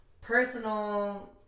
personal